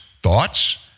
Thoughts